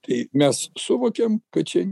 tai mes suvokiam kad čia